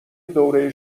دوره